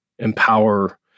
empower